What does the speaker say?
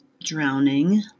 drowning